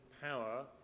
power